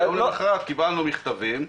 יום למחרת קיבלנו מכתבים,